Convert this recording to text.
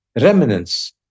Remnants